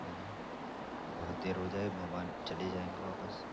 نہیں بہت دیر ہو جائے مہمان چلے جائیں گے واپس